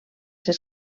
ser